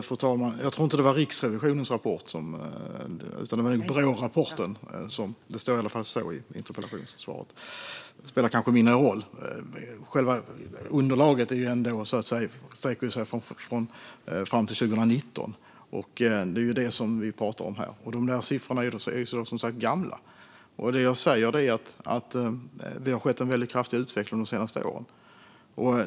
Fru talman! Jag tror inte att det var en rapport från Riksrevisionen utan en rapport från Brå. : Ja, det stämmer.) Det spelar kanske mindre roll - själva underlaget sträcker sig ändå fram till 2019, vilket är det vi pratar om här. Siffrorna är alltså gamla, och det jag säger är att det har skett en kraftig utveckling de senaste åren.